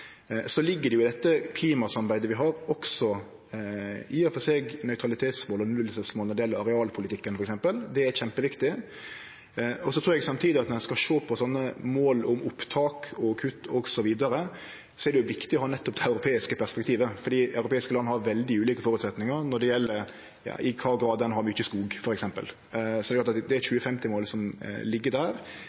Så ligg det i det klimasamarbeidet vi har, i og for seg nøytralitetsmål og nullutsleppsmål når det f.eks. gjeld arealpolitikken. Det er kjempeviktig. Så trur eg samtidig at når ein skal sjå på sånne målopptak, kutt osv., er det viktig å ha det europeiske perspektivet, for europeiske land har veldig ulike føresetnader når det gjeld f.eks. i kva grad ein har mykje skog. Så det 2050-målet som ligg der, er viktig for måten ein jobbar på i EU. Men eg vil understreke at